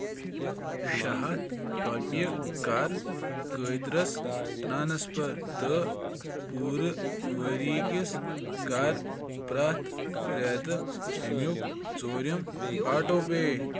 شےٚ ہَتھ رۄپیہِ کَر قٲدرس ٹرانسفر تہٕ پوٗرٕ ؤری کِس کَر پرٛٮ۪تھ رٮ۪تہٕ امیُک ژوٗرِم آٹو پے